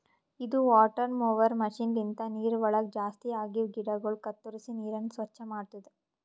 ಇದು water mower machine ಲಿಂತ ನೀರವಳಗ್ ಜಾಸ್ತಿ ಆಗಿವ ಗಿಡಗೊಳ ಕತ್ತುರಿಸಿ ನೀರನ್ನ ಸ್ವಚ್ಚ ಮಾಡ್ತುದ